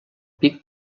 pic